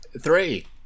Three